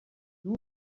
you